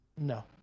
No